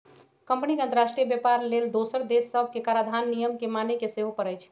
company के अंतरराष्ट्रीय व्यापार लेल दोसर देश सभके कराधान नियम के माने के सेहो परै छै